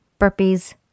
burpees